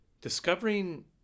Discovering